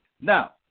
Now